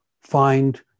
find